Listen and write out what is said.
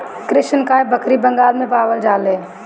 कृष्णकाय बकरी बंगाल में पावल जाले